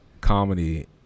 comedy